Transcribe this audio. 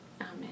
Amen